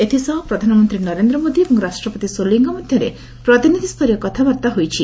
ଏଥିସହ ପ୍ରଧାନମନ୍ତ୍ରୀ ନରେନ୍ଦ୍ର ମୋଦି ଏବଂ ରାଷ୍ଟ୍ରପତି ସୋଲିଙ୍କ ମଧ୍ୟରେ ପ୍ରତିନିଧିସ୍ତରୀୟ କଥାବାର୍ତ୍ତା ହୋଇଛି